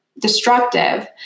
destructive